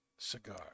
Cigar